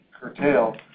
curtail